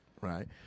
Right